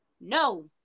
No